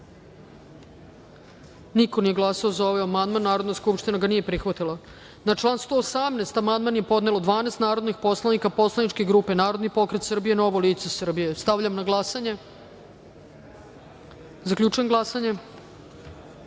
niko nije glasao za ovaj amandman. Narodna skupština ga nije prihvatila. Na član 120. amandman je podnelo 12 narodnih poslanika poslaničke grupe Narodni pokret Srbije-Novo lice Srbije. Stavljam na glasanje. Zaključujem glasanje: